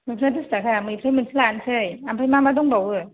मैफ्राया दस थाखा मैफ्राय मोनसे लानोसै ओमफ्राय मा मा दंबावो